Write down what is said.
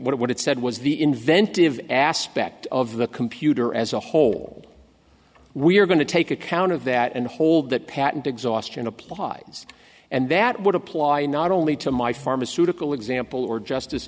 the what it said was the inventive aspect of the computer as a whole we're going to take account of that and hold that patent exhaustion applied and that would apply not only to my pharmaceutical example or justice